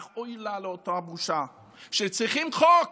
אך אוי לה לאותה בושה שצריכים חוק